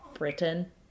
Britain